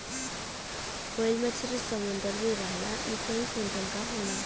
whale मछरी समुंदर में रहला इ कई कुंटल क होला